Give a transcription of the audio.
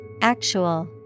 actual